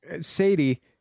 Sadie